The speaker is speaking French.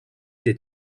des